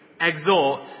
exhort